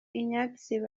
ignatius